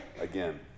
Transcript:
again